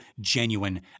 genuine